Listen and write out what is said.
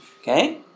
Okay